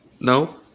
No